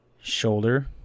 shoulder